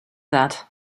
that